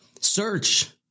search